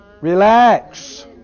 Relax